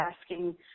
asking